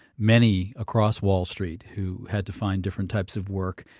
many across wall street who had to find different types of work.